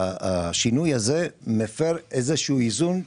השינוי הזה מפר איזה שהוא איזון,